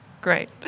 Great